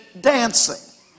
dancing